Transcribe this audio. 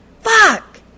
Fuck